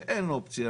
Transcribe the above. שאין אופציה.